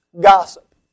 Gossip